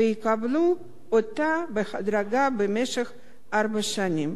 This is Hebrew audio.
ויקבלו אותה בהדרגה במשך ארבע שנים,